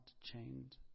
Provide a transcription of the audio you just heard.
chained